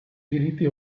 diritti